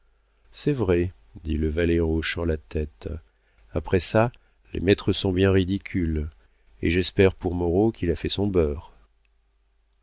c'est vrai dit le valet en hochant la tête après ça les maîtres sont bien ridicules et j'espère pour moreau qu'il a fait son beurre